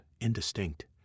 indistinct